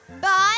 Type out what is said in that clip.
Bye